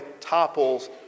topples